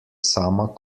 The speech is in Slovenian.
sama